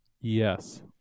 Yes